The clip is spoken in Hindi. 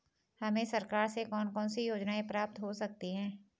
हमें सरकार से कौन कौनसी योजनाएँ प्राप्त हो सकती हैं?